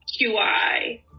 QI